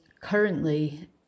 currently